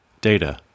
Data